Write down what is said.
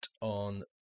on